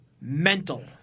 mental